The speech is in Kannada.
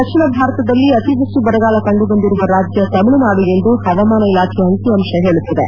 ದಕ್ಷಿಣ ಭಾರತದಲ್ಲಿ ಅತಿ ಹೆಚ್ಚು ಬರಗಾಲ ಕಂಡುಬಂದಿರುವ ರಾಜ್ಯ ತಮಿಳುನಾಡು ಎಂದು ಹವಾಮಾನ ಇಲಾಖೆಯ ಅಂಕಿಅಂಶ ಹೇಳುತ್ತದೆ